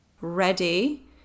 ready